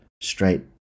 straight